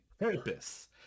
purpose